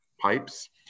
pipes